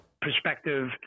perspective